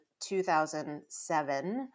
2007